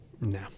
No